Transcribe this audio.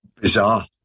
Bizarre